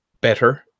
better